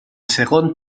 segon